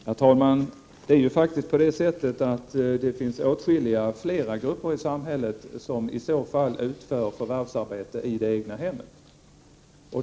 Herr talman! Det är ju faktiskt på det sättet att det finns åtskilliga andra grupper i samhället som i så fall utför förvärvsarbete i det egna hemmet.